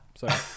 sorry